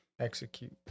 Execute